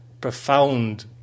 profound